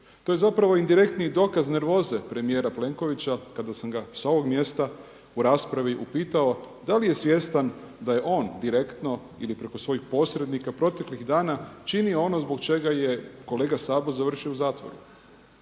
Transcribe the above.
to je zapravo indirektni dokaz nervoze premijera Plenkovića kada sam ga sa ovog mjesta u raspravi upitao da li je svjestan da je on direktno ili preko svojih posrednika proteklih dana činio ono zbog čega je kolega Sabo završio u zatvoru.